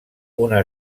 una